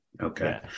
Okay